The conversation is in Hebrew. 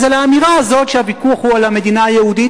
אז על האמירה הזאת שהוויכוח הוא על המדינה היהודית,